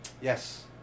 Yes